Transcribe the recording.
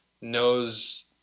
knows